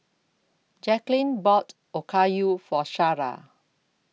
Jaclyn bought Okayu For Shara